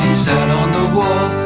sat on the wall